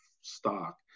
stock